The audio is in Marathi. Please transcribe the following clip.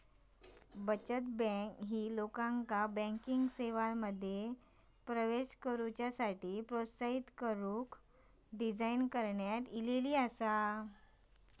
बचत बँक, लोकांका बँकिंग सेवांमध्ये प्रवेश करण्यास प्रोत्साहित करण्यासाठी डिझाइन करण्यात आली आसा